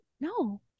no